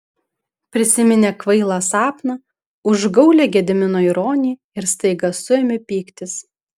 prisiminė kvailą sapną užgaulią gedimino ironiją ir staiga suėmė pyktis